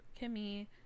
kimmy